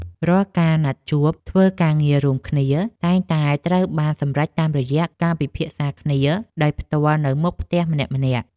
រាល់ការណាត់ជួបធ្វើការងាររួមគ្នា តែងតែត្រូវបានសម្រេចតាមរយៈការពិភាក្សាគ្នាដោយផ្ទាល់នៅមុខផ្ទះម្នាក់ៗ។